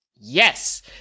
Yes